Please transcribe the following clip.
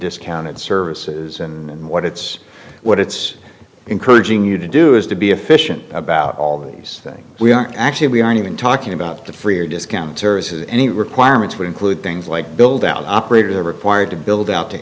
discounted services and what it's what it's encouraging you to do is to be efficient about all these things we are actually we aren't even talking about the free or discounters any requirements would include things like build out operators the required to build out to